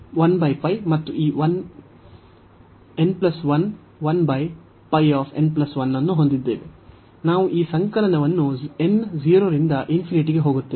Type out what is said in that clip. ನಾವು ಈ ಸಂಕಲನವನ್ನು n 0 ರಿಂದ ಗೆ ಹೋಗುತ್ತೇವೆ ಇದು ಮತ್ತು ಅವಿಭಾಜ್ಯ 0 ರಿಂದ ನಾವು ಈ sin ಅನ್ನು ಹೊಂದಿದ್ದೇವೆ